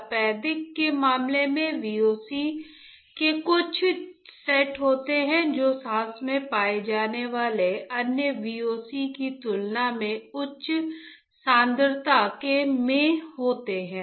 तपेदिक के मामले में भी VOC के कुछ सेट होते हैं जो सांस में पाए जाने वाले अन्य VOC की तुलना में उच्च सांद्रता में होते हैं